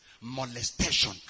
molestation